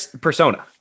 persona